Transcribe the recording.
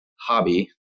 hobby